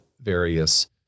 various